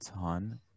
ton